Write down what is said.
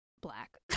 black